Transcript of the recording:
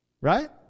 Right